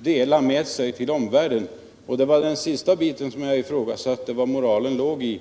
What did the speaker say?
dela med sig till omvärlden. Det var den sista biten jag ifrågasatte moralen i.